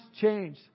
change